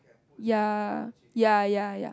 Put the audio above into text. ya ya ya ya